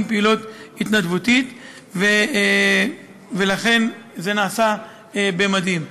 פעילות התנדבותית ולכן זה נעשה במדים.